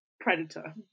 predator